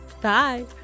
bye